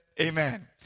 Amen